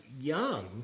young